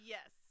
Yes